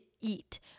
eat